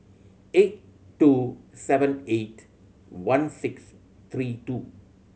eight two seven eight one six three two